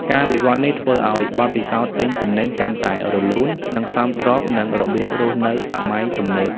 ការវិវត្តន៍នេះធ្វើឲ្យបទពិសោធន៍ទិញទំនិញកាន់តែរលូន និងសមស្របនឹងរបៀបរស់នៅសម័យទំនើប។